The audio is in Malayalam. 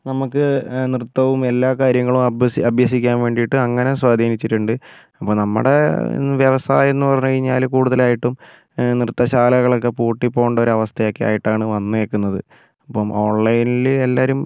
നമുക്ക് നൃത്തവും എല്ലാ കാര്യങ്ങളും അഭ്യസ് അഭ്യസിക്കാൻ വേണ്ടിയിട്ട് അങ്ങനെ സ്വാധീനിച്ചിട്ടുണ്ട് അപ്പോൾ നമ്മുടെ വ്യവസായം എന്ന് പറഞ്ഞുകഴിഞ്ഞാൽ കൂടുതലായിട്ടും നൃത്തശാലകൾ ഒക്കെ പൂട്ടി പോവേണ്ട ഒരു അവസ്ഥയൊക്കെ ആയിട്ടാണ് വന്നിരിക്കുന്നത് ഇപ്പോൾ ഓൺലൈനിൽ എല്ലാവരും